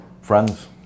Friends